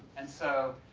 and so,